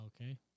okay